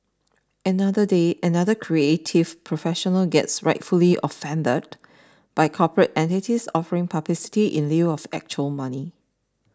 another day another creative professional gets rightfully offended by corporate entities offering publicity in lieu of actual money